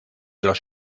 los